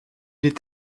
est